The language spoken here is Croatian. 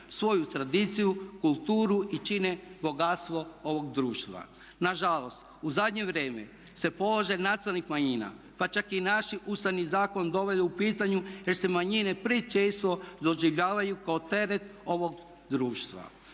svoju tradiciju, kulturu i čine bogatstvo ovog društva. Na žalost u zadnje vrijeme se položaj nacionalnih manjina, pa čak i naš Ustavni zakon doveo u pitanje jer se manjine često doživljavaju kao teret ovog društva,